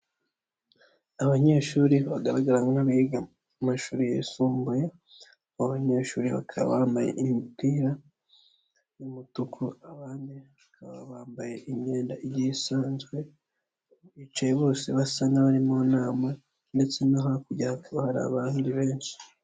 Abanyeshuri bagaragaramo abiga mu mashuri yisumbuye abo banyeshuri bakaba bambaye imipira y'umutuku abandi bakaba bambaye imyenda igiye isanzwe bicaye bose basa n'abari mu nama ndetse no hakurya hakaba hari abantu benshi.